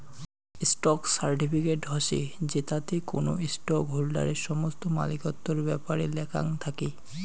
stock certificate হসে জেতাতে কোনো স্টক হোল্ডারের সমস্ত মালিকত্বর ব্যাপারে লেখাং থাকি